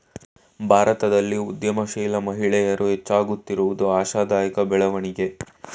ಭಾರತದಲ್ಲಿ ಉದ್ಯಮಶೀಲ ಮಹಿಳೆಯರು ಹೆಚ್ಚಾಗುತ್ತಿರುವುದು ಆಶಾದಾಯಕ ಬೆಳವಣಿಗೆ